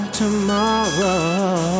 tomorrow